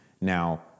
Now